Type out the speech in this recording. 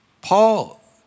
Paul